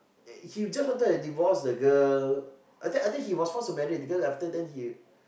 he just wanted divorce the girl I think I think he was forced to marry the girl after than he